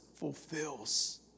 fulfills